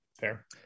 Fair